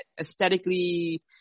aesthetically